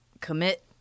commit